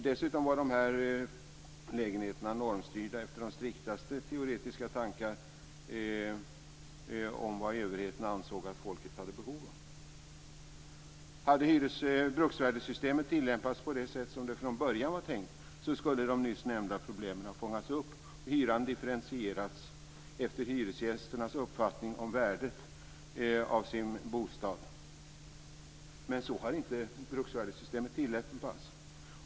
Dessutom var dessa lägenheter normstyrda efter de striktaste teoretiska tankar om vad överheten ansåg att folket hade behov av. Om bruksvärdessystemet hade tillämpats på det sätt som det från början var tänkt skulle de nyss nämnda problemen ha fångats upp och hyran skulle ha differentierats efter hyresgästernas uppfattning om värdet på sin bostad. Men så har inte bruksvärdessystemet tillämpats.